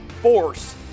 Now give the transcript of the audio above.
force